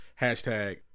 hashtag